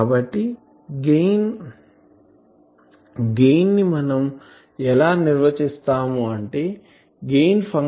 కాబట్టి గెయిన్ ని మనం ఎలా నిర్వచిస్తాము అంటే గెయిన్ ఫంక్షన్ U